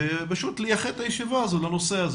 ופשוט לייחד את הישיבה הזו לנושא הזה